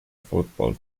football